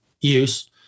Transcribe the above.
use